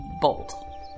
bolt